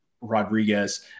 Rodriguez